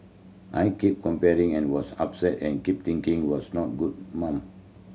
I keep comparing and was upset and kept thinking was not a good mum